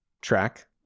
track